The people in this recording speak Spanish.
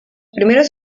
primeros